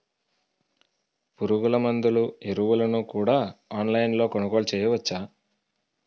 పురుగుమందులు ఎరువులను కూడా ఆన్లైన్ లొ కొనుగోలు చేయవచ్చా?